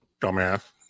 dumbass